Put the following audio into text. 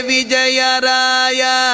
Vijayaraya